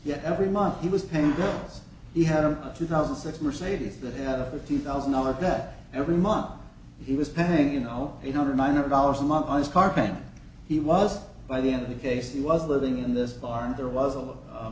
yet every month he was paying girls he had a two thousand six mercedes that had a fifty thousand dollars that every month he was paying you know eight hundred nine hundred dollars a month on his car payment he was by the end of the case he was living in this bar and there was a